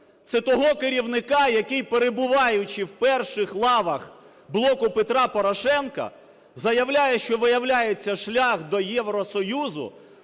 Це того керівника, який, перебуваючи в перших лавах "Блоку Петра Порошенка", заявляє, що виявляється, шлях до Євросоюзу